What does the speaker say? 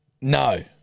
No